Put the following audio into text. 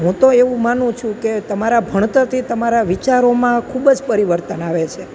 હું તો એવું માનું છું કે તમારા ભણતરથી તમારા વિચારોમાં ખૂબ જ પરિવર્તન આવે છે